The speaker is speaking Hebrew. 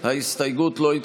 90% מהות.